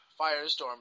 Firestorm